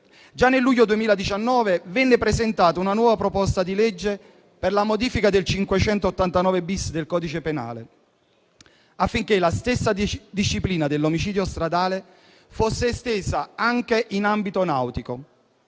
Già nel luglio 2019 venne presentata una nuova proposta di legge per la modifica dell'articolo 589-*bis* del codice penale, affinché la stessa disciplina dell'omicidio stradale fosse estesa anche all'ambito nautico,